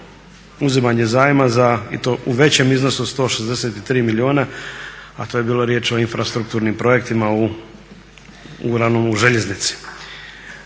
uzimanje zajma i to u većem iznosu od 163milijuna, a to je bilo riječ o infrastrukturnim projektima uglavnom u željeznici.